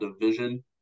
division